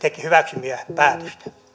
hyväksymiä päätöksiä